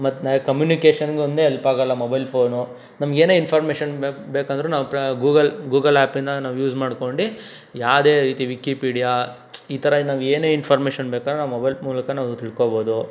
ಮತ್ತು ಕಮ್ಯುನಿಕೇಷನ್ಗೊಂದೇ ಹೆಲ್ಪ್ ಆಗಲ್ಲ ಮೊಬೈಲ್ ಫೋನು ನಮಗೇನೇ ಇನ್ಫಾರ್ಮೇಷನ್ ಬೇಕು ಅಂದರೂ ನಾವು ಗೂಗಲ್ ಗೂಗಲ್ ಆ್ಯಪಿಂದ ನಾವು ಯೂಸ್ ಮಾಡ್ಕೊಂಡು ಯಾವುದೇ ರೀತಿಯ ವಿಕಿಪೀಡಿಯ ಈ ಥರ ನಾವು ಏನೇ ಇನ್ಫಾರ್ಮೇಷನ್ ಬೇಕಾದ್ರೂ ನಾವು ಮೊಬೈಲ್ ಮೂಲಕ ನಾವು ತಿಳ್ಕೋಬೋದು